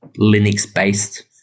Linux-based